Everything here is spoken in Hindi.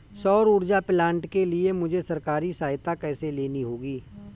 सौर ऊर्जा प्लांट के लिए मुझे सरकारी सहायता कैसे लेनी होगी?